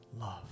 love